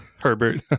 Herbert